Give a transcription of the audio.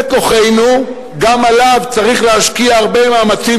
זה כוחנו, גם בו צריך להשקיע הרבה מאמצים,